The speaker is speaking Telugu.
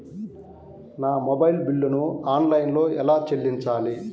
నా మొబైల్ బిల్లును ఆన్లైన్లో ఎలా చెల్లించాలి?